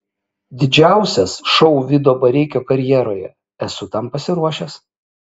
didžiausias šou vido bareikio karjeroje esu tam pasiruošęs